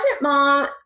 mom